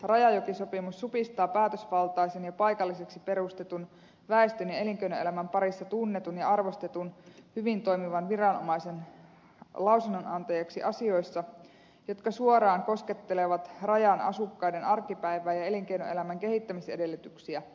rajajokisopimus supistaa päätösvaltaisen ja paikalliseksi perustetun väestön ja elinkeinoelämän parissa tunnetun ja arvostetun hyvin toimivan viranomaisen lausunnonantajaksi asioissa jotka suoraan koskettelevat rajan asukkaiden arkipäivää ja elinkeinoelämän kehittämisedellytyksiä